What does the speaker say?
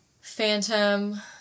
Phantom